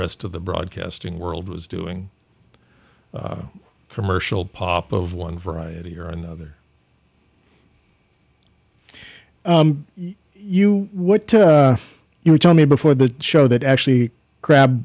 rest of the broadcasting world was doing commercial pop of one variety or another you what you told me before the show that actually crab